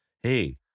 hey